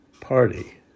Party